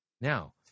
Now